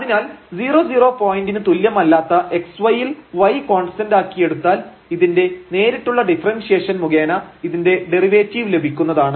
അതിനാൽ 00 പോയിന്റിന് തുല്യമല്ലാത്ത xy ൽ y കോൺസ്റ്റൻറ് ആക്കി എടുത്താൽ ഇതിന്റെ നേരിട്ടുള്ള ഡിഫറെൻഷിയേഷൻ മുഖേന ഇതിന്റെ ഡെറിവേറ്റീവ് ലഭിക്കുന്നതാണ്